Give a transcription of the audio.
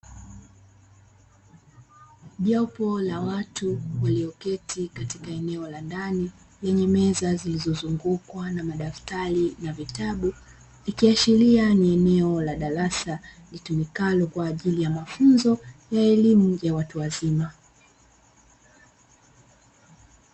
Jopo la watu walioketi katika eneo la ndani lenye meza zilizozungukwa na madaftari na vitabu, ikiashiria ni eneo la darasa litumikalo kwa ajili ya mafunzo ya elimu ya watu wazima.